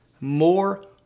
more